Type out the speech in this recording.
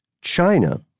China